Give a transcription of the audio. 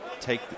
take